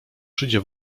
przyjdzie